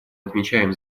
отмечаем